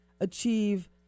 achieve